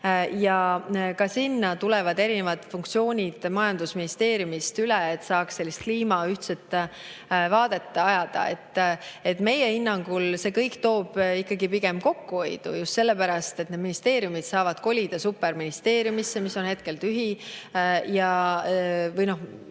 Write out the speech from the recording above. Ka sinna tulevad erinevad funktsioonid majandusministeeriumist üle, et saaks sellist ühtset kliimavaadet ajada. Meie hinnangul toob see kõik ikkagi pigem kokkuhoidu, just sellepärast, et need ministeeriumid saavad kolida superministeeriumi hoonesse, mis on hetkel tühi ja … Nii